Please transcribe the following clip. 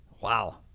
wow